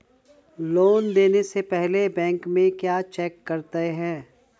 Loan देने से पहले बैंक में क्या चेक करते हैं?